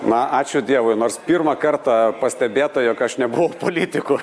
na ačiū dievui nors pirmą kartą pastebėta jog aš nebuvau politiku